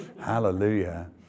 Hallelujah